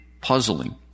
puzzling